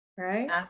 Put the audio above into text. right